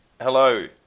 Hello